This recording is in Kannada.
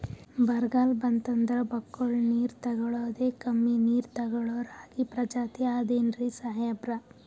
ಬರ್ಗಾಲ್ ಬಂತಂದ್ರ ಬಕ್ಕುಳ ನೀರ್ ತೆಗಳೋದೆ, ಕಮ್ಮಿ ನೀರ್ ತೆಗಳೋ ರಾಗಿ ಪ್ರಜಾತಿ ಆದ್ ಏನ್ರಿ ಸಾಹೇಬ್ರ?